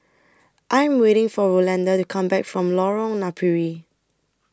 I Am waiting For Rolanda to Come Back from Lorong Napiri